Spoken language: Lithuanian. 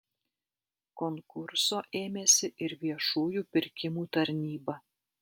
konkurso ėmėsi ir viešųjų pirkimų tarnyba